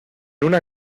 una